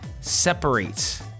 separates